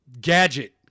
gadget